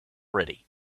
ready